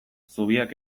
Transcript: zubiak